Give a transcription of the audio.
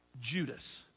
Judas